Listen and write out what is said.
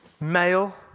male